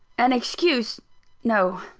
an excuse no!